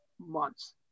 months